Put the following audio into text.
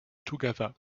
together